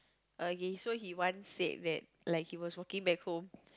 okay so he once said that like he was walking back home